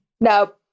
No